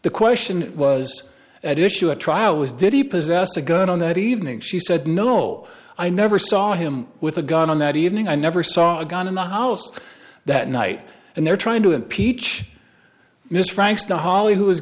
the question was at issue at trial was did he possess a gun on that evening she said no i never saw him with a gun on that evening i never saw a gun in the house that night and they're trying to impeach